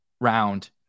round